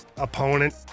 Opponent